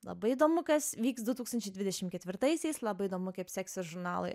labai įdomu kas vyks du tūkstančiai dvidešim ketvirtaisiais labai įdomu kaip seksis žurnalui